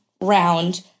round